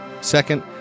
Second